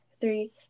three